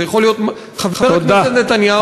זה יכול להיות חבר הכנסת נתניהו,